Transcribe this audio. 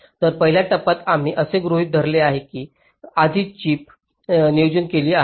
तर पहिल्या टप्प्यात आम्ही असे गृहीत धरले की आधीच चिप नियोजन केले आहे